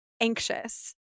anxious